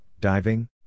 diving